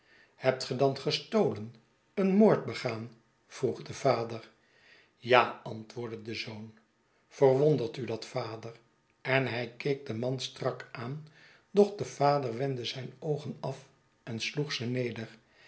hebt ge dan gestolen een moord begaan vroeg de vader ja antwoordde de zoon verwondert u dat vader en hij keek den man strak aan doch de vader wendde zijn oogen af en sloeg ze neder